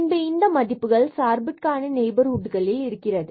பின்பு இந்த மதிப்புகள் சார்புக்கான நெய்பர்ஹுட்களில் இருக்கிறது